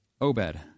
Obed